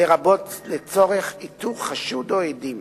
לרבות לצורך איתור חשוד או עדים,